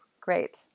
Great